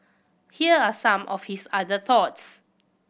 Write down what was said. here are some of his other thoughts